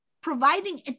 providing